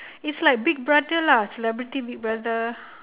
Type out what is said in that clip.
it's like big brother lah celebrity big brother